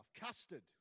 Custard